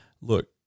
look